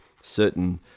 certain